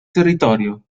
territorio